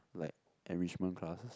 like enrichment classes